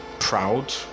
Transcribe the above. proud